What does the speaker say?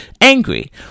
angry